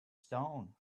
stone